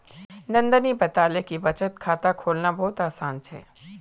नंदनी बताले कि बचत खाता खोलना बहुत आसान छे